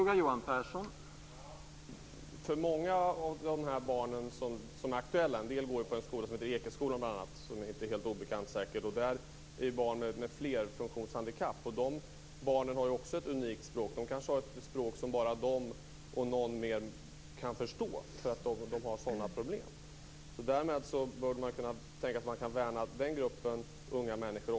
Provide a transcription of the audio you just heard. Herr talman! Många av de barn som är aktuella går på en skola som heter Ekeskolan. Den är säkert inte helt obekant. Där går barn med flerfunktionshandikapp. De barnen har också ett unikt språk. De kanske har ett språk som bara de och någon mer kan förstå, eftersom de har sådana problem. Därmed borde man kunna tänka sig att också värna den gruppen unga människor.